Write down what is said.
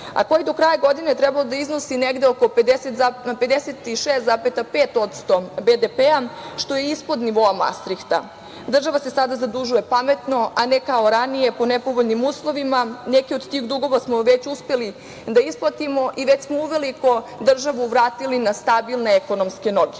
a koji do kraja godine treba da iznosi negde oko 56,5% BDP, što se ispod nivoa Mastrihta. Država se sada zadužuje pametno, a ne kao ranije po nepovoljnim uslovima. Neke od tih dugova smo uspeli da isplatimo i već smo uveliko državu vratili na stabilne ekonomske noge. Kao